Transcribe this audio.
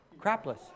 Crapless